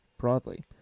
broadly